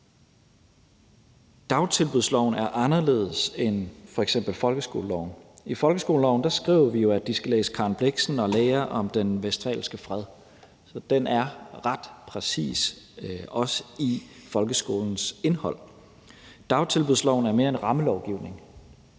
Dagtilbudsloven er anderledes end f.eks. folkeskoleloven. I folkeskoleloven skriver vi jo, at de skal læse Karen Blixen og lære om den westfalske fred. Den er ret præcis, også i forhold til folkeskolens indhold. Dagtilbudsloven er mere en rammelovgivning,